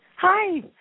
Hi